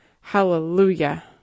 Hallelujah